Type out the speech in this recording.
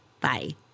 bye